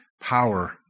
power